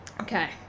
Okay